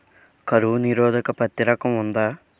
కరువు నిరోధక పత్తి రకం ఉందా?